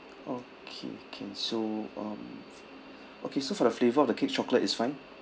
okay can so um okay so for the flavour of the cake chocolate is fine